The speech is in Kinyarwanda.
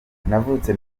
navutse